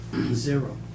zero